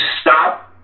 stop